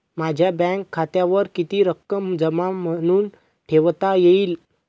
माझ्या बँक खात्यावर किती रक्कम जमा म्हणून ठेवता येईल?